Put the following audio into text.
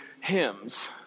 hymns